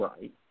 Right